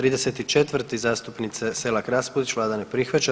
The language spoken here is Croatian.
34. zastupnice Selak Raspudić, vlada ne prihvaća.